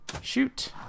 shoot